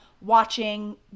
watching